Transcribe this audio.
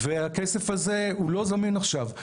והכסף הזה לא זמין עכשיו,